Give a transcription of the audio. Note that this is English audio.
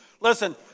Listen